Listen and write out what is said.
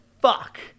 fuck